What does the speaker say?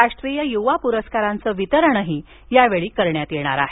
राष्ट्रीय युवा पुरस्कारांचं वितरणही या वेळी करण्यात येणार आहे